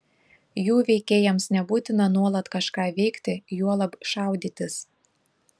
jų veikėjams nebūtina nuolat kažką veikti juolab šaudytis